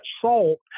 salt